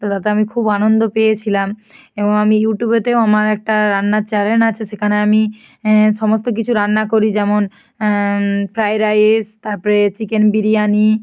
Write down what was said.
তো তাতে আমি খুব আনন্দ পেয়েছিলাম এবং আমি ইউটিউবেও আমার একটা রান্নার চ্যানেল আছে সেখানে আমি সমস্ত কিছু রান্না করি যেমন ফ্রায়েড রাইস তারপরে চিকেন বিরিয়ানি